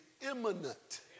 imminent